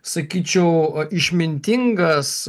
sakyčiau išmintingas